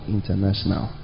International